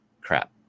Crap